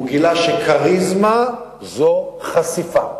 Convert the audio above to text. הוא גילה שכריזמה זו חשיפה.